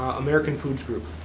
american foods group.